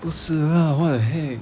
不是 lah what the heck